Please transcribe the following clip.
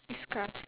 discuss